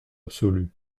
absolue